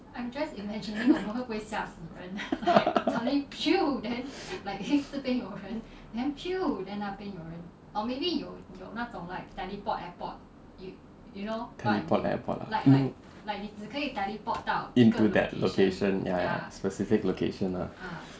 teleport airport ah into that location ya ya specific location lah